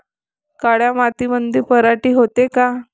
काळ्या मातीमंदी पराटी होते का?